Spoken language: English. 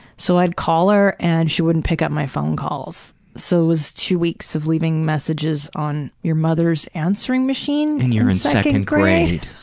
so i call her and she wouldn't pick up my phone calls. so it was two weeks of leaving messages on your mother's answering machine. and you're in second grade.